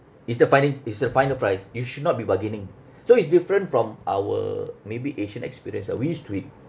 is the fina~ is the final price you should not be bargaining so it's different from our maybe asian experience ah we used to it